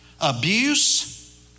abuse